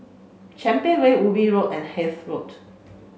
Champion Way Ubi Road and Hythe Road